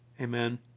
Amen